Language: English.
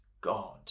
God